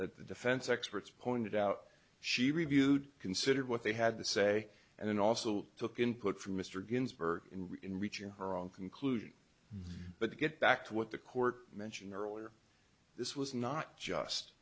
that the defense experts pointed out she reviewed considered what they had to say and then also took input from mr ginsburg in reaching her own conclusion but to get back to what the court mentioned earlier this was not just